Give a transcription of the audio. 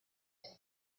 and